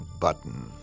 button